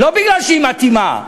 לא מפני שהיא מתאימה,